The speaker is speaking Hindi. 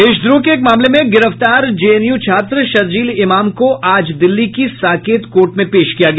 देशद्रोह के एक मामले में गिरफ्तार जेएनयू छात्र शरजील इमाम को आज दिल्ली की साकेत कोर्ट में पेश किया गया